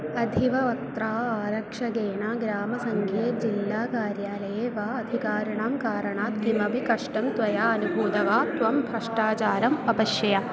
अधिवक्त्रा आरक्षकेण ग्रामसङ्घे जिल्लाकार्यालये वा अधिकारिणां कारणात् किमपि कष्टं त्वया अनुभूतं वा त्वं भ्रष्टाचारम् अपश्यः